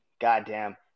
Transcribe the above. goddamn